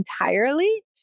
entirely